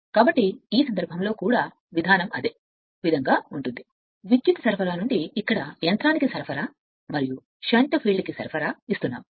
కాబట్టి ఈ సందర్భంలో కూడా విధానం అదే విధంగా ఉంటుంది విద్యుత్ సరఫరా నుండి ఇక్కడ అవి యంత్రానికి సరఫరా మరియు షంట్ ఫీల్డ్కు సరఫరా ఇస్తున్నాయి